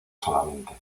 solamente